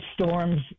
storms